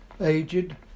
aged